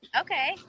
Okay